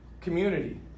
community